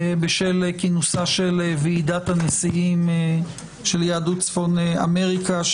בשל האיחור בכינוסה של ועידת הנשיאים של יהדות צפון אמריקה,